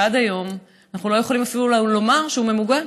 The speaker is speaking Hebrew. ועד היום אנחנו לא יכולים לומר שהוא ממוגן.